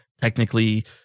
technically